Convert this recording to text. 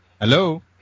Hello